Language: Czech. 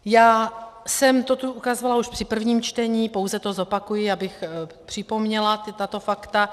Já jsem to tu ukazovala už při prvním čtení, pouze to zopakuji, abych připomněla tato fakta.